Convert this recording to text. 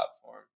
platform